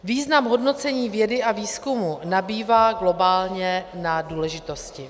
Význam hodnocení vědy a výzkumu nabývá globálně na důležitosti.